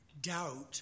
doubt